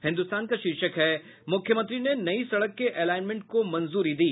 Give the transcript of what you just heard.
हिन्दुस्तान का शीर्षक है मुख्यमंत्री ने नई सड़क के एलायमेंट को मंजूरी दी